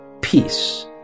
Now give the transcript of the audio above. peace